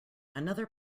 another